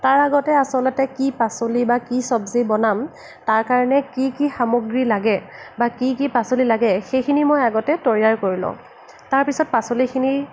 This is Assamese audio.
তাৰ আগতে আচলতে কি পাচলি বা কি চবজি বনাম তাৰ কাৰণে কি কি সামগ্ৰী লাগে বা কি কি পাচলি লাগে সেইখিনি মই আগতে তৈয়াৰ কৰি লওঁ তাৰপিছত পাচলিখিনি